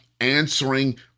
answering